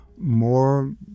more